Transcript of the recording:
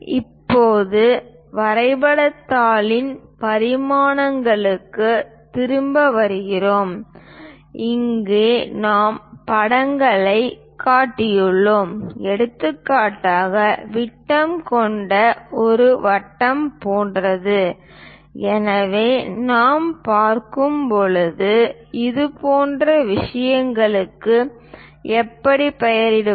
இப்போது வரைபடத் தாளின் பரிமாணங்களுக்குத் திரும்பி வருகிறோம் அங்கு நாம் படங்களைக் காட்டியுள்ளோம் எடுத்துக்காட்டாக விட்டம் கொண்ட ஒரு வட்டம் போன்றது எனவே நாம் பார்க்கப் போகும் இதுபோன்ற விஷயங்களுக்கு எப்படி பெயரிடுவது